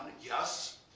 yes